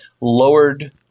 lowered –